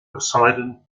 poseidon